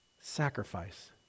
Sacrifice